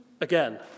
again